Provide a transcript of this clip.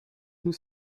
nous